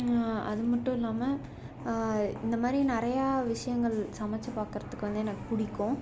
அது மட்டும் இல்லாமல் இந்த மாதிரி நிறையா விஷயங்கள் சமைச்சி பார்க்குறதுக்கு வந்து எனக்கு பிடிக்கும்